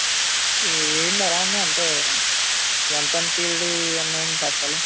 ఏంది అలా ఉన్నాయి ఎంతెం ఎంత ఎంత ఏళ్ళవి ఉన్నాయండి డబ్బాలో